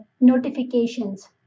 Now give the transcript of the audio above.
notifications